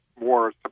more